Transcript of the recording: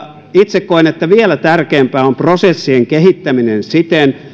itse koen että vielä tärkeämpää on prosessien kehittäminen siten